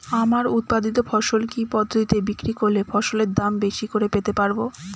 আমার উৎপাদিত ফসল কি পদ্ধতিতে বিক্রি করলে ফসলের দাম বেশি করে পেতে পারবো?